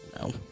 No